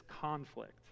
conflict